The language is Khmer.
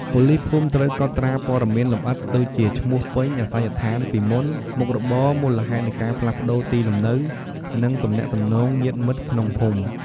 ប៉ូលីសភូមិត្រូវ កត់ត្រាព័ត៌មានលម្អិតដូចជា ឈ្មោះពេញ អាសយដ្ឋានពីមុន មុខរបរ មូលហេតុនៃការផ្លាស់ប្តូរទីលំនៅ និងទំនាក់ទំនងញាតិមិត្តក្នុងភូមិ ។